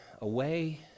away